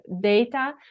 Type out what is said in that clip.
data